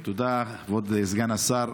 תודה, כבוד סגן השר.